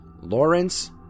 Lawrence